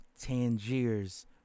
Tangier's